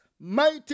mighty